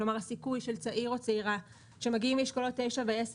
כלומר הסיכוי של צעיר או צעירה שמגיעים מאשכולות 9 ו-10